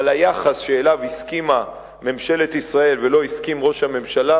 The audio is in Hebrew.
אבל היחס שאליו הסכימה ממשלת ישראל ולו הסכים ראש הממשלה,